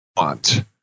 want